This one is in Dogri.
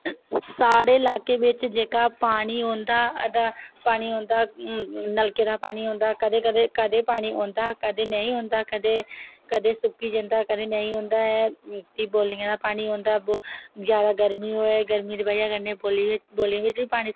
साढ़े इलाके बिच्च जेह्का पानी औंदा तां पानी औंदा नलकें दा पानी औंदा रदैं पानी औंदा कदैं नी औंदा कदैं सुक्की जंदा कदैं नी औंदा ऐ बौलियें दा पानी औंदा जादा गर्मी होऐ जादा गर्मियें दी बजह् कन्नै